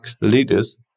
leaders